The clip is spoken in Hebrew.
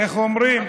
איך אומרים?